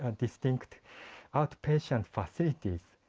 ah distinct outpatient facilities.